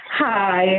Hi